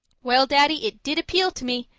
well, daddy, it did appeal to me!